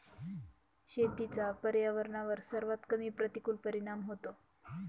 शेतीचा पर्यावरणावर सर्वात कमी प्रतिकूल परिणाम होतो